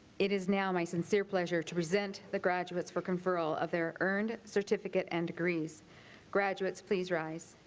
it is now my sincere pleasure to resent the graduates for conferral of their earned certificate and degrees graduates please rise